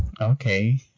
okay